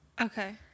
Okay